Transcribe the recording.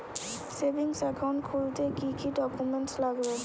Savings account খুলতে কি কি ডকুমেন্টস লাগবে?